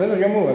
בסדר גמור.